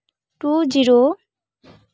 two zero